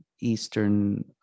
Eastern